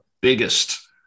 biggest